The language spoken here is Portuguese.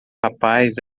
rapaz